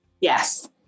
Yes